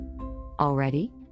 Already